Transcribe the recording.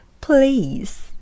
please